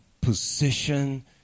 position